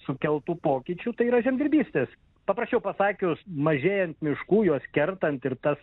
sukeltų pokyčių tai yra žemdirbystės paprasčiau pasakius mažėjant miškų juos kertant ir tas